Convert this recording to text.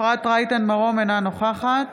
אינה נוכחת